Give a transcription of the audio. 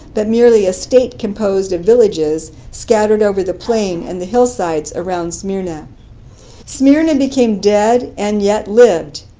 but merely a state composed of villages scattered over the plain and the hillsides around. smyrna smyrna became dead and yet lived.